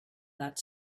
that